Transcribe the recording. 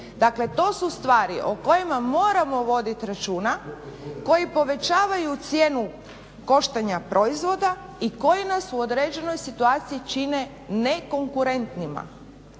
Dakle, to su stvari o kojima moramo voditi računa, koji povećavaju cijenu koštanja proizvoda i koji nas u određenoj situaciji čine nekonkurentnima.